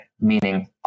meaning